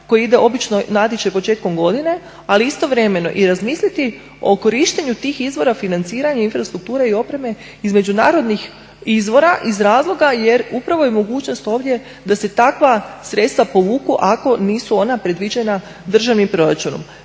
koje ide obično natječaj početkom godine, ali istovremeno i razmisliti o korištenju tih izvora financiranja infrastrukture i opreme između narodnih izvora iz razloga jer upravo i mogućnost ovdje da se takva sredstva povuku ako nisu ona predviđena državnim proračunom.